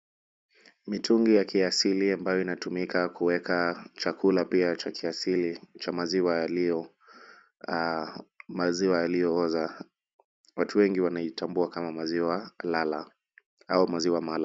Mitungi ya kiasili ambayo inatumika kuweka chakula pia cha kiasili cha maziwa yaliyooza. Watu wengi wanaitambua kama maziwa lala au maziwa mala.